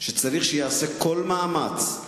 שצריך שייעשה כל מאמץ.